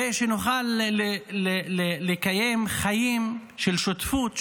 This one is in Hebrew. ונוכל לקיים חיים של שותפות,